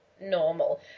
normal